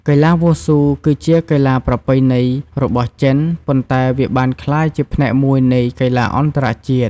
កីឡាវ៉ូស៊ូគឺជាកីឡាប្រពៃណីរបស់ចិន ប៉ុន្តែវាបានក្លាយជាផ្នែកមួយនៃកីឡាអន្តរជាតិ។